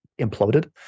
imploded